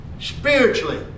Spiritually